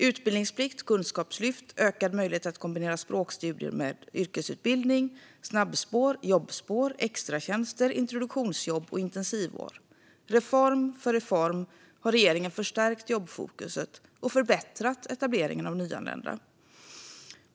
Utbildningsplikt, kunskapslyft, ökad möjlighet att kombinera språkstudier med yrkesutbildning, snabbspår, jobbspår, extratjänster, introduktionsjobb och intensivår - reform för reform har regeringen förstärkt jobbfokuset och förbättrat etableringen av nyanlända.